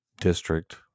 district